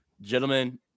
gentlemen